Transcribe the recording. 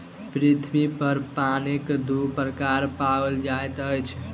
पृथ्वी पर पानिक दू प्रकार पाओल जाइत अछि